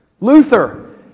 Luther